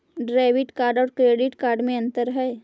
Debit card और credit card में अन्तर है?